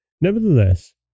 Nevertheless